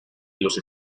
los